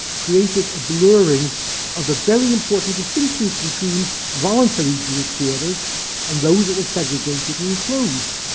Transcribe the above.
created a blurring of the very important distinctions between voluntary jewish quarters and those that were segregated and closed.